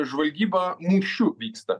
žvalgyba mūšiu vyksta